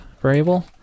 variable